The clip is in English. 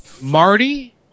Marty